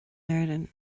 éirinn